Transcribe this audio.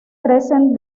crecen